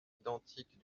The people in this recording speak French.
identiques